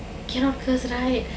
cannot curse right